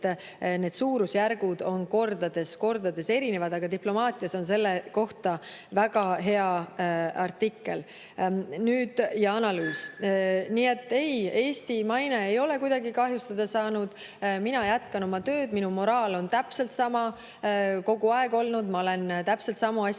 need suurusjärgud on kordades erinevad. Aga Diplomaatias on selle kohta väga hea artikkel ja analüüs. Nii et ei, Eesti maine ei ole kuidagi kahjustada saanud, mina jätkan oma tööd, minu moraal on täpselt sama kogu aeg olnud, ma olen täpselt samu asju